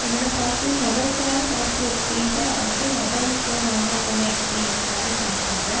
என்னோடய positive mobile ஃபோனா positive எக்ஸ்பீரியன்ஸா நான் ஃபஸ்ட் டைம் மொபைல் ஃபோன் வாங்க போன எக்ஸ்பீரியன்ஸை வேணால் ஷேர் பண்ணுறேன்